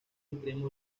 extremo